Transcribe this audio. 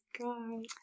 god